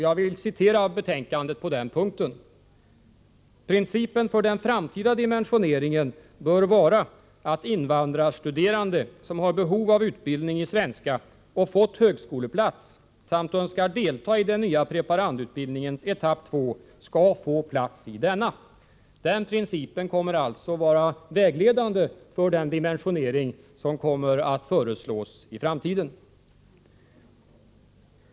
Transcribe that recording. Jag vill citera ur betänkandet på den punkten: ”Principen för den framtida dimensioneringen bör vara att invandrarstuderande som har behov av utbildning i svenska och fått högskoleplats samt önskar delta i den nya preparandutbildningens etapp 2 skall få plats i denna.” Den principen kommer alltså att vara vägledande för den dimensionering som kommer att föreslås i framtiden.